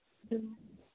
ꯎꯝ